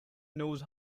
knows